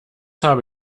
habe